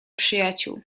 przyjaciół